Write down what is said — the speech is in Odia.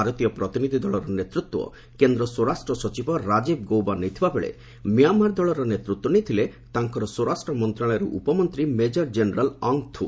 ଭାରତୀୟ ପ୍ରତିନିଧି ଦଳର ନେତୃତ୍ୱ କେନ୍ଦ୍ର ସ୍ୱରାଷ୍ଟ୍ର ସଚିବ ରାଜୀବ ଗୌବା ନେଇଥିବା ବେଳେ ମ୍ୟାଁମାର ଦଳର ନେତୃତ୍ୱ ନେଇଥିଲେ ତାଙ୍କର ସ୍ୱରାଷ୍ଟ୍ର ମନ୍ତ୍ରଣାଳୟର ଉପମନ୍ତ୍ରୀ ମେଜର୍ ଜେନେରାଲ୍ ଅଙ୍ଗ୍ ଥୁ